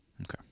Okay